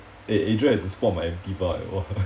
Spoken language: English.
eh adrian had to spot my empty bar eh what